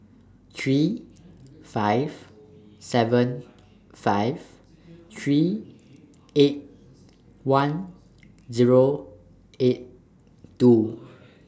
three five seven five three eight one Zero eight two